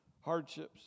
hardships